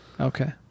Okay